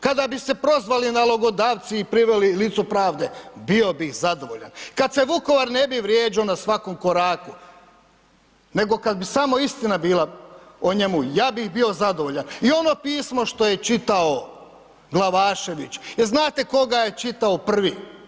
Kada bi se prozvali nalogodavci i prizvali licu pravde bio bih zadovoljan kad se Vukovar ne bi vrijeđo na svakom koraku nego kad bi samo istina bila o njemu ja bih bio zadovoljan i ono pismo što je čitao Glavašević, jel znate ko ga je čitao prvi?